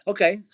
Okay